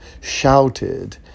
shouted